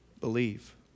believe